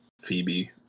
Phoebe